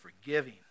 forgiving